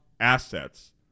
assets